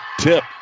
tip